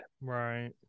right